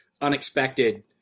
unexpected